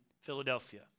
Philadelphia